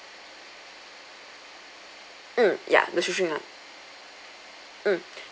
mm ya the shoestring [one]